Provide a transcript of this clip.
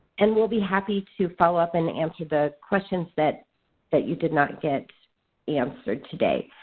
and we'll be happy to follow up and answer the questions that that you did not get answered today.